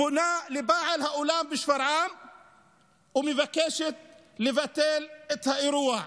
פונה לבעל האולם בשפרעם ומבקשת לבטל את האירוע,